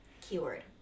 Keyword